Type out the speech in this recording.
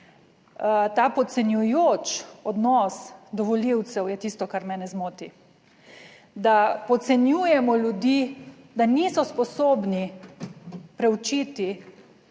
Ta podcenjujoč odnos do volivcev je tisto, kar mene zmoti, da podcenjujemo ljudi, da niso sposobni preučiti